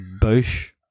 bush